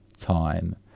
time